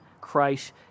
Christ